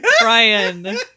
brian